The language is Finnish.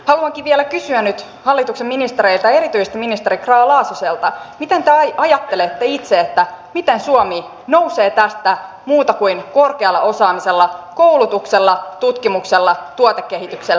haluankin vielä kysyä nyt hallituksen ministereiltä erityisesti ministeri grahn laasoselta miten te ajattelette itse miten suomi nousee tästä muuta kuin korkealla osaamisella koulutuksella tutkimuksella ja tuotekehityksellä